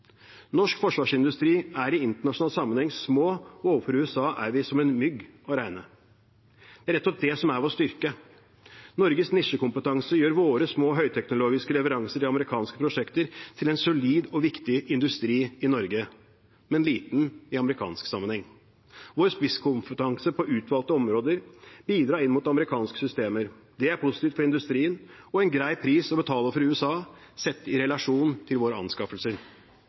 er vi som en mygg å regne. Det er nettopp det som er vår styrke. Norges nisjekompetanse gjør våre små høyteknologiske leveranser til amerikanske prosjekter til en solid og viktig industri i Norge, men liten i amerikansk sammenheng. Vår spisskompetanse på utvalgte områder bidrar inn mot amerikanske systemer. Det er positivt for industrien og en grei pris å betale for USA, sett i relasjon til våre anskaffelser.